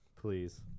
Please